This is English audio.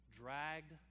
Dragged